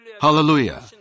Hallelujah